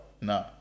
no